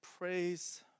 Praise